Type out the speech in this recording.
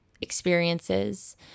experiences